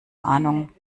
ahnung